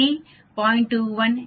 21 மற்றும் A 0